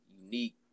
unique